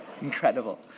incredible